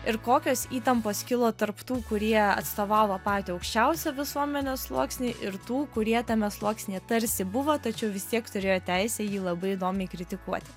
ir kokios įtampas kilo tarp tų kurie atstovavo patį aukščiausią visuomenės sluoksnį ir tų kurie tame sluoksnyje tarsi buvo tačiau vis tiek turėjo teisę jį labai įdomiai kritikuoti